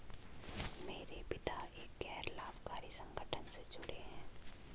मेरे पिता एक गैर लाभकारी संगठन से जुड़े हैं